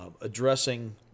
addressing